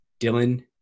Dylan